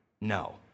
No